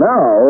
Now